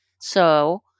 So-